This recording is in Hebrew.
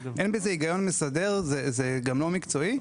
אין בזה היגיון מסדר וזה גם לא מקצועי,